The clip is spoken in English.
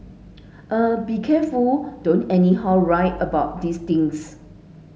eh be careful don't anyhow write about these things